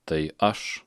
tai aš